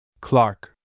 Clark